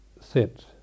sit